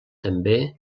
també